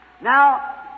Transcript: Now